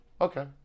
Okay